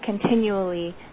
continually